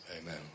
Amen